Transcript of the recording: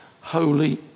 holy